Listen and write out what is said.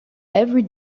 every